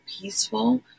peaceful